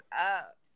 up